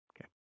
Okay